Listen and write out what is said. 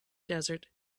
desert